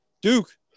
Duke